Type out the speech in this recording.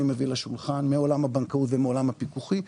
מביא לשולחן מעולם הבנקאות ומהעולם הפיקוחי,